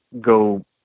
go